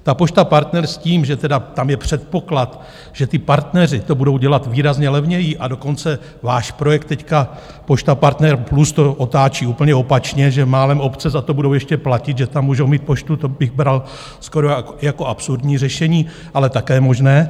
Ta Pošta Partner s tím, že tam je předpoklad, že ti partneři to budou dělat výrazně levněji, a dokonce váš projekt teď Pošta Partner Plus to otáčí úplně opačně, že málem obce za to budou ještě platit, že tam můžou mít poštu, to bych bral skoro jako absurdní řešení, ale také možné.